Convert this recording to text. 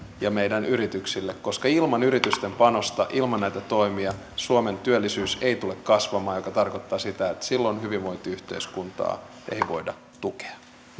ja meidän yrityksillemme koska ilman yritysten panosta ja ilman näitä toimia suomen työllisyys ei tule kasvamaan mikä tarkoittaa sitä että silloin hyvinvointiyhteiskuntaa ei voida tukea